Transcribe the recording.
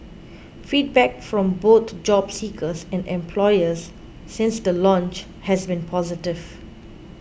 feedback from both job seekers and employers since the launch has been positive